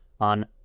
on